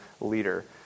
leader